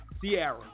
Sierra